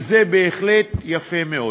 וזה בהחלט יפה מאוד.